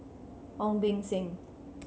Ong Beng Seng